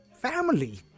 Family